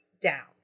down